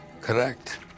Correct